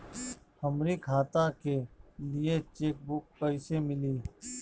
हमरी खाता के लिए चेकबुक कईसे मिली?